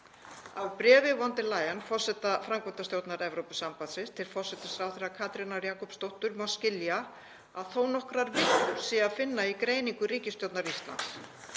Ursulu von der Leyen, forseta framkvæmdastjórnar Evrópusambandsins, til forsætisráðherra, Katrínar Jakobsdóttur, má skilja að þó nokkrar villur sé að finna í greiningu ríkisstjórnar Íslands.